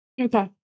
Okay